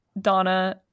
Donna